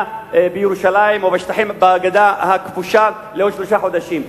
בירושלים או בגדה הכבושה לעוד שלושה חודשים?